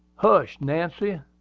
hush, nancy!